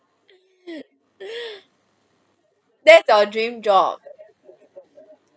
that's your dream job